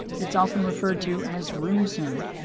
it's often referred to as room sound.